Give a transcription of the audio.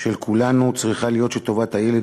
של כולנו צריכה להיות שטובת הילד,